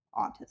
autism